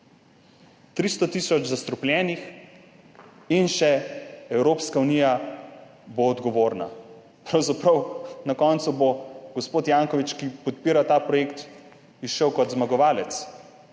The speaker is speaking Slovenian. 300 tisoč zastrupljenih in še Evropska unija bo odgovorna. Pravzaprav bo na koncu gospod Janković, ki podpira ta projekt, izšel kot zmagovalec,